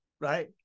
right